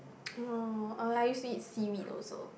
oh I used to eat seaweed also